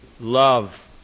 love